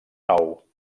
nou